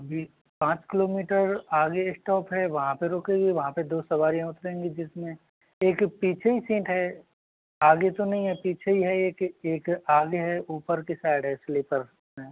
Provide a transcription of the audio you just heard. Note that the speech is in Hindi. अभी पाँच किलोमीटर आगे स्टॉप है वहाँ पर रुकेगी वहाँ पर दो सवारियाँ उतरेंगी जिसमें एक पीछे ही सीट है आगे तो नहीं है पीछे ही है एक एक आगे है ऊपर की साइड है स्लीपर में